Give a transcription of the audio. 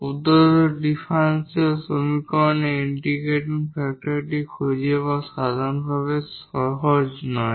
প্রদত্ত ডিফারেনশিয়াল সমীকরণের ইন্টিগ্রেটিং ফ্যাক্টরটি খুঁজে পাওয়া সাধারণভাবে সহজ নয়